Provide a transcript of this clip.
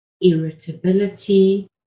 irritability